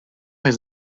his